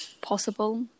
possible